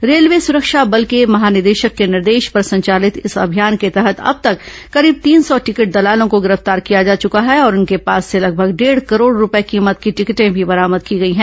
railway सुरक्षा बल के महानिदेशक के निर्देश पर संचालित इस अभियान के तहत अब तक करीब तीन सौ टिकट दलालों को गिरफ्तार किया जा चका है और इनके पास से लगभग डेढ करोड रूपये कीमत की टिकटें भी बरामद की गई हैं